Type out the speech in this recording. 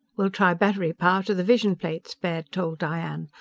we'll try battery power to the vision plates, baird told diane.